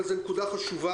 אבל זאת נקודה חשובה,